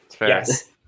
Yes